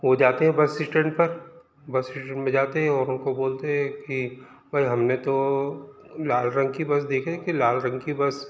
वो जाते हैं बस स्टैंड पर बस स्टैंड में जाते हैं और उनको बोलते हैं कि भई हमने तो लाल रंग की बस देखा है कि लाल रंग की बस